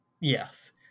Yes